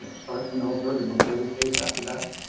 start from ellsberg and look at every case after that,